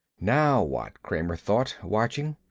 now what? kramer thought, watching.